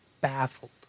baffled